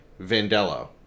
vandello